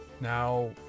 Now